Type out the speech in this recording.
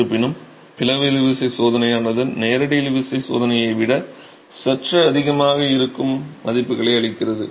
இருப்பினும் பிளவு இழுவிசை சோதனையானது நேரடி இழுவிசை சோதனையை விட சற்று அதிகமாக இருக்கும் மதிப்புகளை அளிக்கிறது